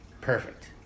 perfect